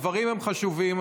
הדברים חשובים.